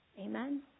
Amen